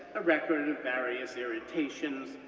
a record of various irritations,